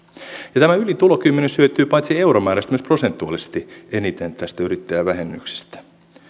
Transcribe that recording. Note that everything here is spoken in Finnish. tämä ylin tulokymmenys hyötyy paitsi euromääräisesti myös prosentuaalisesti eniten tästä yrittäjävähennyksestä